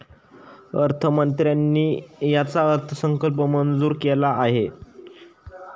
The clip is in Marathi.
अर्थमंत्र्यांनी याचा अर्थसंकल्प मंजूर केला आहे